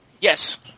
Yes